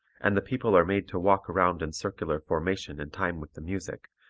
and the people are made to walk around in circular formation in time with the music,